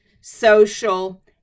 Social